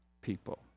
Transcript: people